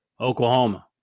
Oklahoma